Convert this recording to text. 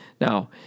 Now